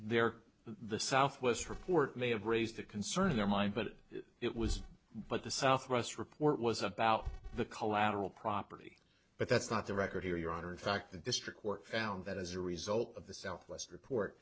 they're the southwest report may have raised the concern in your mind but it was but the southwest report was about the collateral property but that's not the record here your honor in fact the district court found that as a result of the southwest report